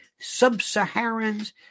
sub-Saharans